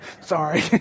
sorry